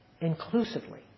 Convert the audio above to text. inclusively